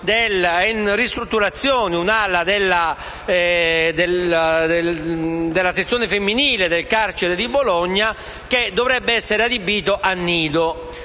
in ristrutturazione un'ala della sezione femminile del carcere di Bologna, che dovrebbe essere adibita a nido.